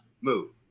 move